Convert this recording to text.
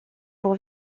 pour